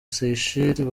seychelles